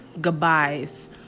goodbyes